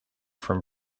from